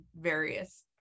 various